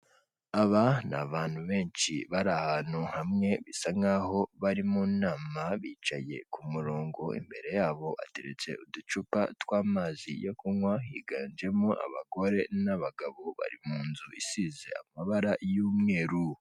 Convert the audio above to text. Aba ni abantu benshi bari ahantu hamwe bisa nk'aho barimo mu nama bicaye ku murongo imbere yabo ateretse uducupa tw'amazi yo kunywa higanjemo abagore n'abagabo bari mu nzu isize amabara y'umweru.